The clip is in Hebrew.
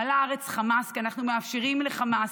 מלאה הארץ חמס, כי אנחנו מאפשרים לחמאס,